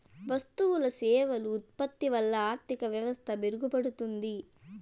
వస్తువులు సేవలు ఉత్పత్తి వల్ల ఆర్థిక వ్యవస్థ మెరుగుపడుతుంది